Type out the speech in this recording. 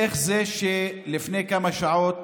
איך זה שלפני כמה שעות,